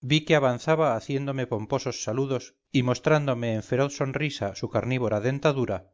vi que avanzaba haciéndome pomposos saludos y mostrándome en feroz sonrisa su carnívora dentadura